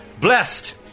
blessed